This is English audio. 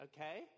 Okay